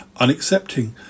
unaccepting